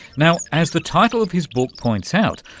now, as the title of his book points out,